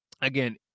Again